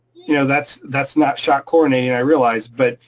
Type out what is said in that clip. you know that's that's not shock chlorinating, i realize, but